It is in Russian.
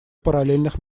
параллельных